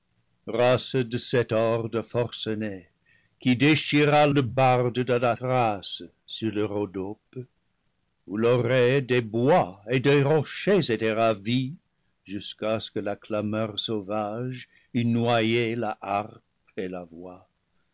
race de cette horde forcenée qui déchira le barde de la thrace sur le rhodope où l'oreille des bois et des rochers était ravie jusqu'à ce que la clameur sauvage eût noyé la harpe et la voix